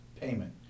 payment